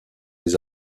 des